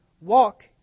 walk